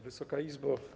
Wysoka Izbo!